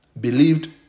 believed